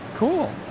Cool